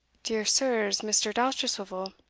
dear sirs, mr. dousterswivel,